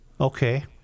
Okay